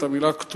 את המלה הכתובה,